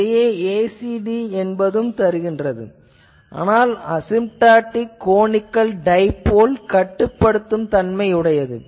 இதையே ACD என்பதும் தரும் ஆனால் அசிம்டாட்டிக் கொனிக்கள் டைபோல் கட்டுப்படுத்தும் தன்மையுடையது